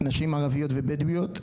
ערביות ובדואיות.